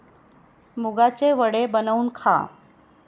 मुगाचे वडे बनवून खा